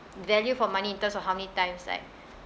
value for money in terms of how many times like